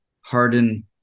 harden